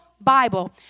Bible